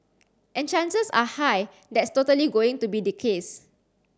and chances are high that's totally going to be the case